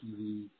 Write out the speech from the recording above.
TV